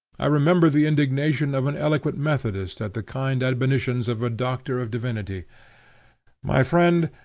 i remember the indignation of an eloquent methodist at the kind admonitions of a doctor of divinity my friend,